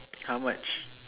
how much